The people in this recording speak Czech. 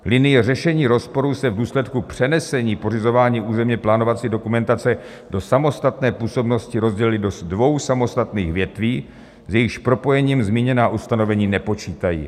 Linie řešení rozporů se v důsledku přenesení pořizování územněplánovací dokumentace do samostatné působnosti rozdělily do dvou samostatných větví, s jejichž propojením zmíněná ustanovení nepočítají.